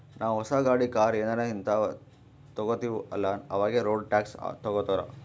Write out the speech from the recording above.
ನಾವೂ ಹೊಸ ಗಾಡಿ, ಕಾರ್ ಏನಾರೇ ಹಿಂತಾವ್ ತಗೊತ್ತಿವ್ ಅಲ್ಲಾ ಅವಾಗೆ ರೋಡ್ ಟ್ಯಾಕ್ಸ್ ತಗೋತ್ತಾರ್